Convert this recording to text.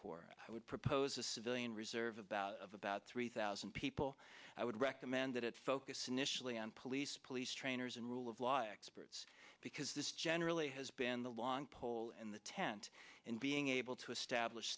corps i would propose a civilian reserve about of about three thousand people i would recommend that it focus initially on police police trainers and rule of law experts because this generally has been the long pole in the tent and being able to establish